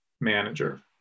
manager